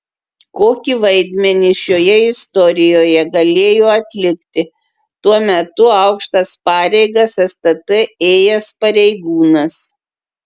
kokį vaidmenį šioje istorijoje galėjo atlikti tuo metu aukštas pareigas stt ėjęs pareigūnas